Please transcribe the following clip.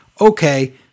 Okay